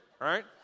right